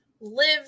live